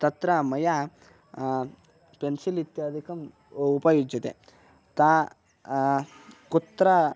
तत्र मया पेन्सिल् इत्यादिकम् उपयुज्यते तत् कुत्र